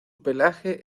pelaje